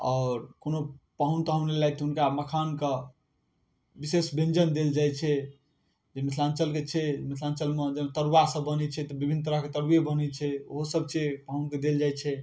आओर कोनो पाहुन ताहुन एलथि तऽ हुनका मखानके विशेष व्यञ्जन देल जाइ छै जे मिथिलाञ्चलके छै मिथिलाञ्चलमे जेना तरुआ सब बनै छै तऽ विभिन्न तरहके तरुवे बनै छै ओहो सब छै पाहुनके देल जाइ छै